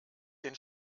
den